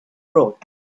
road